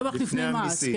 רווח לפני מס.